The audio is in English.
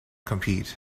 compete